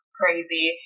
crazy